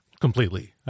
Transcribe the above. completely